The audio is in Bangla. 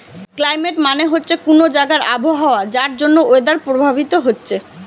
ক্লাইমেট মানে হচ্ছে কুনো জাগার আবহাওয়া যার জন্যে ওয়েদার প্রভাবিত হচ্ছে